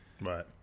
right